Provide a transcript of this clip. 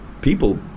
people